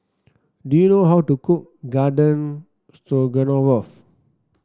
do you know how to cook Garden Stroganoff